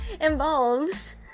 Involves